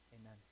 amen